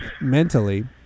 mentally